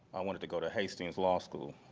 i wanted to go to hastings law school.